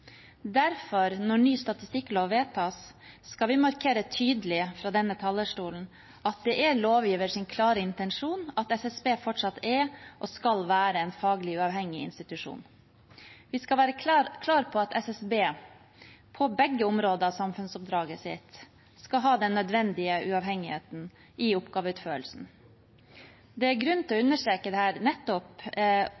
Derfor, når ny statistikklov vedtas, skal vi markere tydelig fra denne talerstolen at det er lovgivers klare intensjon at SSB er og fortsatt skal være en faglig uavhengig institusjon. Vi skal være klar på at SSB, på begge områder av samfunnsoppdraget sitt, skal ha den nødvendige uavhengigheten i oppgaveutførelsen. Det er grunn til å